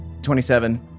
27